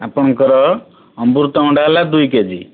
ଆପଣଙ୍କର ଅମୃତଭଣ୍ଡା ହେଲା ଦୁଇ କେଜି